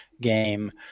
game